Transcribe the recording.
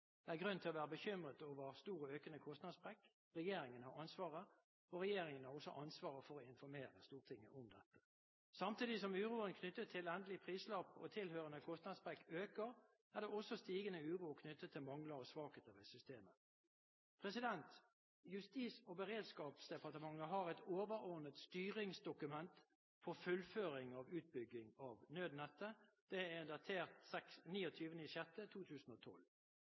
Det er grunn til å være bekymret over stor og økende kostnadssprekk. Regjeringen har ansvaret, og regjeringen har også ansvaret for å informere Stortinget om dette. Samtidig som uroen knyttet til endelig prislapp og tilhørende kostnadssprekk øker, er det også stigende uro knyttet til mangler og svakheter ved systemet. Justis- og beredskapsdepartementet har et overordnet styringsdokument for fullføring av utbygging av Nødnett. Det er datert 29. juni 2012.